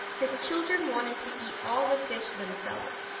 his children wanted to eat all the fish themselves,